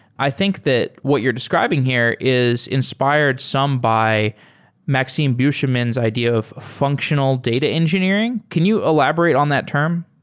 i think that what you're describing here is inspired some by maxime beauchemin's idea of functional data engineering. can you elaborate on that term?